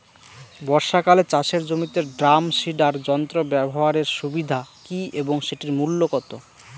বর্ষাকালে চাষের জমিতে ড্রাম সিডার যন্ত্র ব্যবহারের সুবিধা কী এবং সেটির মূল্য কত?